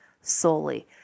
solely